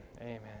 Amen